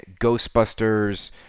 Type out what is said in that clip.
Ghostbusters